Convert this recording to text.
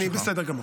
אני בסדר גמור.